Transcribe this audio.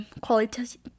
quality